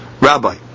rabbi